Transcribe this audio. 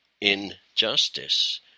injustice